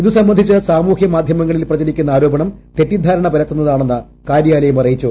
ഇതു സംബന്ധിച്ച് സാമൂഹ്യ മാധ്യമങ്ങളിൽ പ്രചരിക്കുന്ന ആരോപണം തെറ്റിദ്ധാരണ പരത്തുന്നതാണെന്ന് കാര്യാലയം അറിയിച്ചു